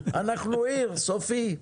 אנחנו עיר, סופית.